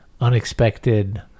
unexpected